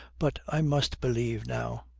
but i must believe now